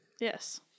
Yes